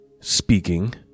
speaking